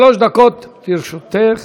שלוש דקות לרשותך.